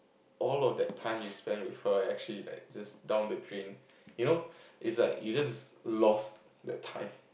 all of that time you spend with her actually like just down the drain you know it's like you just lost that time